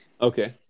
okay